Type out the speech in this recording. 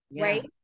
right